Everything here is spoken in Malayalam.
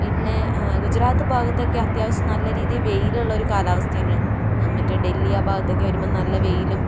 പിന്നെ ഗുജറാത്ത് ഭാഗത്തൊക്കെ അത്യാവശ്യം നല്ല രീതിയിൽ വെയിലുള്ള ഒരു കാലാവസ്ഥയാണ് മറ്റേ ഡൽഹി ആ ഭാഗത്തൊക്കെ വരുമ്പോൾ നല്ല വെയിലും